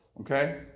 Okay